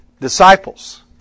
disciples